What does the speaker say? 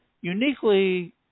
uniquely